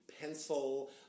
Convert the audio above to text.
pencil